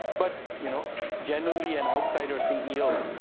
but you know generally, an outsider ceo.